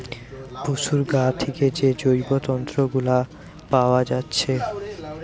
পোশুর গা থিকে যে জৈব তন্তু গুলা পাআ যাচ্ছে